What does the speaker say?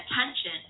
attention